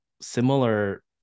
similar